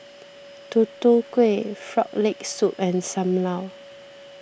Tutu Kueh Frog Leg Soup and Sam Lau